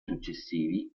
successivi